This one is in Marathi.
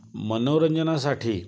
मनोरंजनासाठी